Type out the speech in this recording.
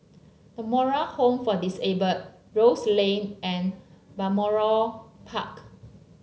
The Moral Home for Disabled Rose Lane and Balmoral Park